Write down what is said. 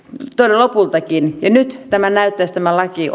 lopultakin ja nyt tämä laki